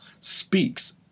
Speaks